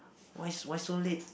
why s~ why so late